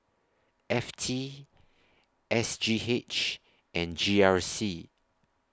F T S G H and G R C